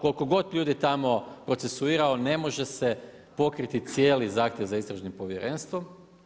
Koliko god ljudi tamo procesuirao, ne može se pokriti cijeli zahtjev za istražnim povjerenstvom.